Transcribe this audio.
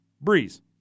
Breeze